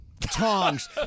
Tongs